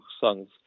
sons